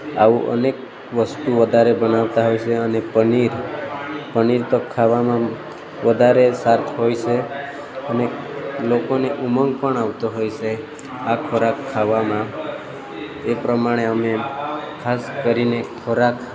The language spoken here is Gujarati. આવું અનેક વસ્તુ વધારે બનાવતા હોય છે અને પનીર પનીર તો ખાવામાં વધારે સાથ હોય છે અને લોકોને ઉમંગ પણ આવતો હોય છે આ ખોરાક ખાવામાં એ પ્રમાણે અમે ખાસ કરીને ખોરાક